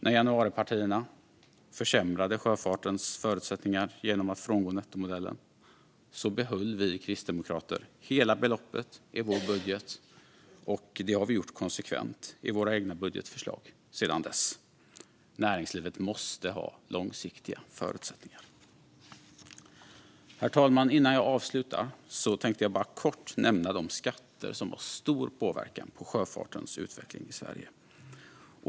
När januaripartierna försämrade sjöfartens förutsättningar genom att frångå nettomodellen behöll vi kristdemokrater hela beloppet i vår budget. Det har vi gjort konsekvent i våra egna budgetförslag sedan dess. Näringslivet måste ha långsiktiga förutsättningar. Herr talman! Innan jag avslutar tänkte jag bara kort nämna de skatter som har stor påverkan på sjöfartens utveckling i Sverige.